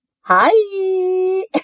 Hi